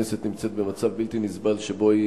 הכנסת נמצאת במצב בלתי נסבל שבו היא